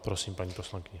Prosím, paní poslankyně.